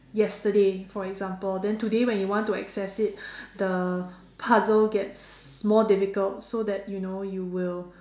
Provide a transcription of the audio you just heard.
yesterday for example then today when you want to access it the puzzle gets more difficult so that you know you will